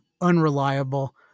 unreliable